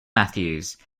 matthews